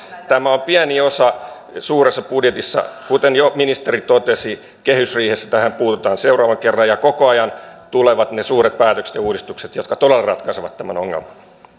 tämä on pieni osa suuressa budjetissa kuten jo ministeri totesi kehysriihessä tähän puututaan seuraavan kerran ja koko ajan tulevat ne suuret päätökset ja uudistukset jotka todella ratkaisevat tämän ongelman